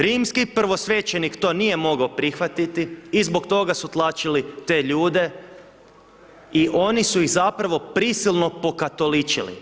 Rimski prvosvećenik to nije mogao prihvatiti i zbog toga su tlačili te ljude i oni su ih zapravo prisilno pokatoličili.